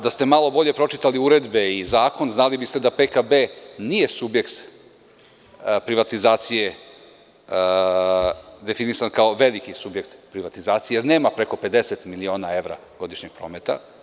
Da ste malo bolje pročitali uredbe i zakon znali biste da PKB nije subjekt privatizacije definisan kao veliki subjekt privatizacije, jer nema preko 50 miliona evra godišnjeg prometa.